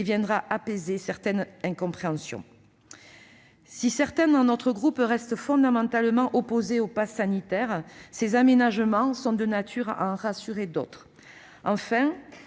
viendra apaiser certaines incompréhensions. Si certains membres de notre groupe restent fondamentalement opposés au passe sanitaire, ces aménagements sont de nature à en rassurer d'autres. Enfin,